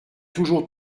toujours